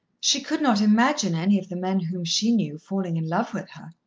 she could not imagine any of the men whom she knew falling in love with her.